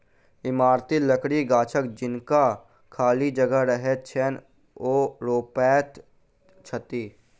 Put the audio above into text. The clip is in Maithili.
इमारती लकड़ीक गाछ जिनका खाली जगह रहैत छैन, ओ रोपैत छथि